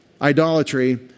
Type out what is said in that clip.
idolatry